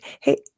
Hey